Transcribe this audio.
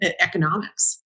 economics